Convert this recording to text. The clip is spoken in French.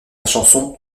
chanson